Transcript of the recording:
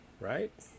Right